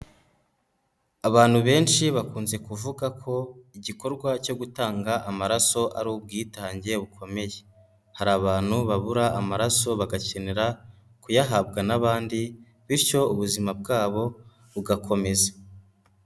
Abantu benshi bakunze kuvuga ko igikorwa cyo gutanga amaraso ari ubwitange bukomeye, hari abantu babura amaraso bagakenera kuyahabwa n'abandi bityo ubuzima bwabo bugakomeza.